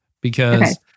because-